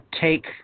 take